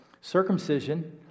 circumcision